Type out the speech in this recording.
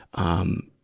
um,